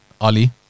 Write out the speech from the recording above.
Ali